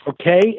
okay